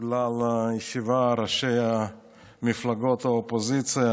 בגלל ישיבת ראשי מפלגות האופוזיציה,